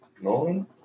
Nine